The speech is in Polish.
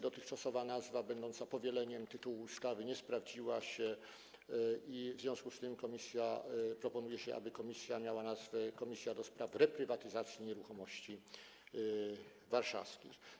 Dotychczasowa nazwa, będąca powieleniem tytułu ustawy, nie sprawdziła się i w związku z tym proponuje się, aby komisja miała nazwę: Komisja do Spraw Reprywatyzacji Nieruchomości Warszawskich.